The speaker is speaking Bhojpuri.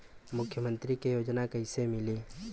मुख्यमंत्री के योजना कइसे मिली?